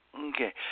Okay